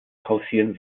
pausieren